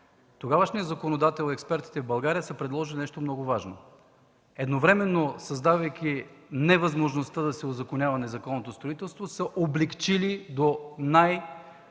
тогавашният законодател – експертите в България, са предложили нещо много важно. Едновременно, създавайки невъзможността да се узаконява незаконното строителство, са облекчили до най-висока